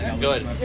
Good